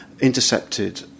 intercepted